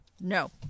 No